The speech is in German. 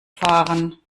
fahren